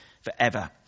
forever